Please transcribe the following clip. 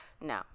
No